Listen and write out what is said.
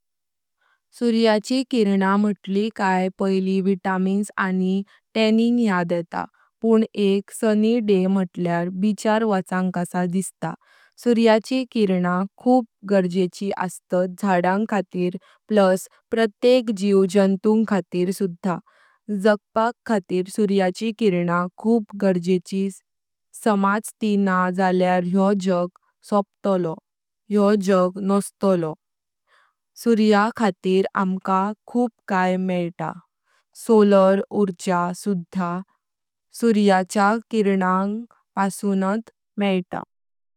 सूर्याची किरणं म्हटली काय पहिली व्हिटॅमिन्स आणि टॅनिंग याद येता पण एक सनी डे म्हटल्यार बीचार वाचांग कसा दिसता, सूर्याची किरणं खूप गरजेची असतात झाडांग खातिर प्लस प्रत्येक जीव जांतुक खातिर सुध्हा। जगपाक खातिर सूर्याची किरणं खूप गरजेची समज तींं न्हा झाल्यार यो जग सोपटलो यो जग नस्तलो, सूर्य खातिर आमका खूप काय मेता सोलर ऊर्जा सुधा सूर्याच्या किरणांग पसूनांत मेता।